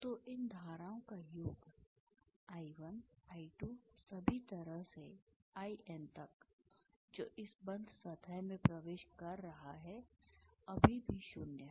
तो इन धाराओं का योग I1I2 सभी तरह से IN तक जो इस बंद सतह में प्रवेश कर रहा है अभी भी 0 है